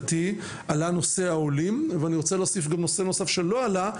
כך אני רואה את